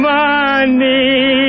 money